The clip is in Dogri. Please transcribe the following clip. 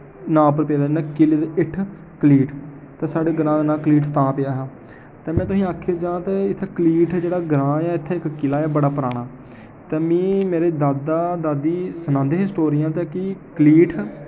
नांऽ पर पेदा ऐ इ'यां कील ते हीठ कलीठ ते साढ़े ग्रांऽ दा नांऽ तां पेआ हा पैह्ले तुसें ई आखेआ जांऽ ते कलीठ जेह्ड़ा ग्रांऽ ऐ उत्थै इक किला ऐ बड़ा पराना ते मीं मेरे दादा दादी सनांदे हे स्टोरियां ते कलीठ